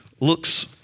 looks